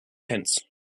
tents